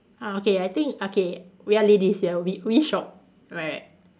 uh okay I think okay we are ladies ya we we shop right